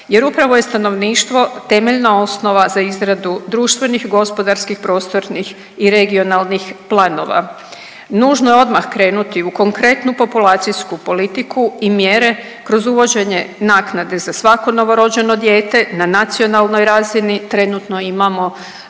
jer upravo je stanovništvo temeljna osnova za izradu društvenih, gospodarskih, prostornih i regionalnih planova. Nužno je odmah krenuti u konkretnu populacijsku politiku i mjere kroz uvođenje naknade za svako novorođeno dijete na nacionalnoj razini trenutno imamo